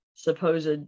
supposed